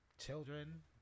children